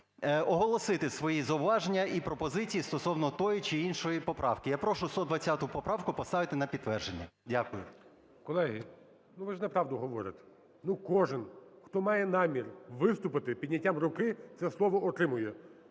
оголосити свої зауваження і пропозиції стосовно тої чи іншої поправки. Я прошу 120 поправку поставити на підтвердження. Дякую. ГОЛОВУЮЧИЙ. Колеги, ну ви ж неправду говорите. Ну кожен, хто має намір виступити підняттям руки, це слово отримує.